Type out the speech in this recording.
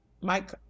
Mike